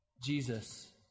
Jesus